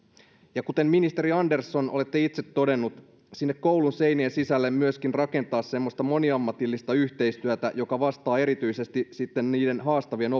ja kuten ministeri andersson olette itse todennut sinne koulun seinien sisälle pitäisi myöskin rakentaa semmoista moniammatillista yhteistyötä joka vastaa erityisesti sitten niiden haastavien